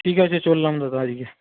ঠিক আছে চললাম দাদা আজকে